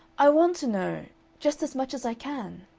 i want to know just as much as i can.